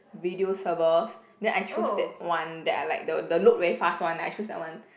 video servers then I choose that one that I like the the load very fast one I choose that one